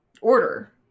order